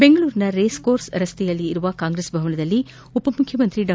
ಬೆಂಗಳೂರಿನ race course ರಸ್ತೆಯಲ್ಲಿರುವ Congress ಭವನದಲ್ಲಿ ಉಪಮುಖ್ಯಮಂತ್ರಿ ಡಾ